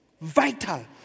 vital